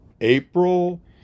April